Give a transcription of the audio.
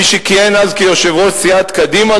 מי שכיהן אז כיושב-ראש סיעת קדימה,